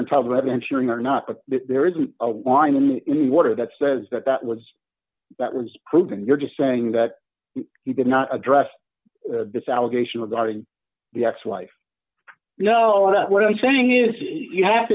trouble ensuring or not but there isn't a wine in the water that says that that was that was proven you're just saying that he did not address this allegation regarding the ex wife you know what i'm saying is you have